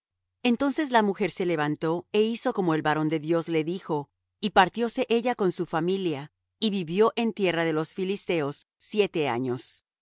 entonces la mujer se levantó é hizo como el varón de dios le dijo y partióse ella con su familia y vivió en tierra de los filisteos siete años